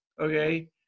okay